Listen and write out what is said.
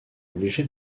obligé